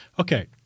Okay